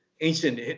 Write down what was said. ancient